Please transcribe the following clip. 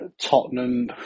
Tottenham